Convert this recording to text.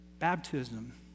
Baptism